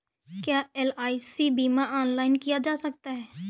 क्या एल.आई.सी बीमा ऑनलाइन किया जा सकता है?